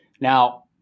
Now